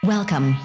Welcome